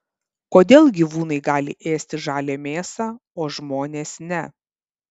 kodėl gyvūnai gali ėsti žalią mėsą o žmonės ne